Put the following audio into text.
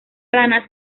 rana